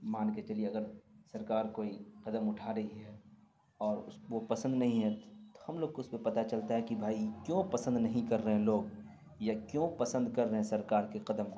مان کے چلیے اگر سرکار کوئی قدم اٹھا رہی ہے اور اس وہ پسند نہیں ہے تو ہم لوگ کو اس میں پتہ چلتا ہے کہ بھائی کیوں پسند نہیں کر رہے ہیں لوگ یا کیوں پسند کر رہے ہیں سرکار کے قدم کو